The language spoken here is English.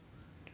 your